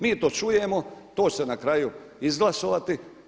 Mi to čujemo, to će se na kraju izglasovati.